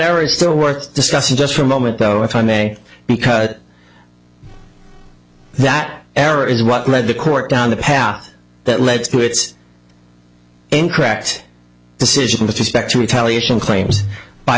area still worth discussing just for a moment though if i may because that error is what led the court down the path that led to its incorrect decision with respect to retaliation claims by